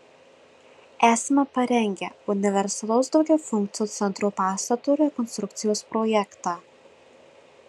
esame parengę universalaus daugiafunkcio centro pastato rekonstrukcijos projektą